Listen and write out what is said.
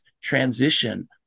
transition